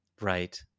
right